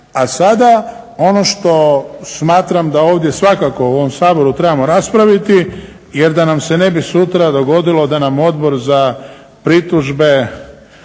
A sada ono što smatram da ovdje svakako u ovom Saboru trebamo raspraviti jer da nam se ne bi sutra dogodilo da nam Odbor za pritužbe